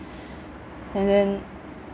and then